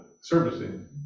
servicing